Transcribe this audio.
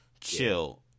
Chill